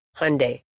Hyundai